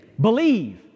Believe